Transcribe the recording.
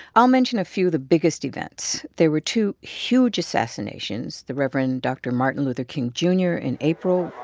i'll mention a few, the biggest events there were two huge assassinations, the reverend dr. martin luther king jr. in april.